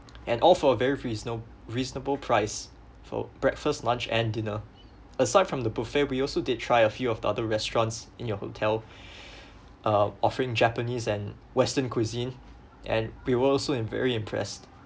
and all for a very reasona~ reasonable price for breakfast lunch and dinner aside from the buffet we also did try a few of the other restaurants in your hotel uh offering japanese and western cuisine and we were also very impressed